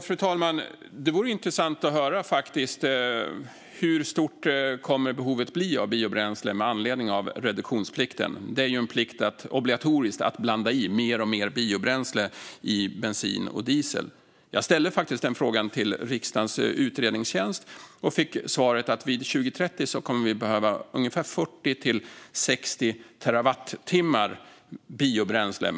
Fru talman! Det vore faktiskt intressant att höra hur stort behovet av biobränsle kommer att bli med anledning av reduktionsplikten. Denna plikt innebär att det är obligatoriskt att blanda i mer och mer biobränsle i bensin och diesel. Jag ställde denna fråga till riksdagens utredningstjänst och fick svaret att vi 2030 kommer att behöva ungefär 40-60 terawattimmar biobränsle.